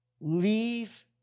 leave